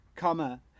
comma